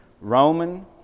Roman